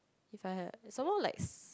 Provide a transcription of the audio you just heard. if I had some more like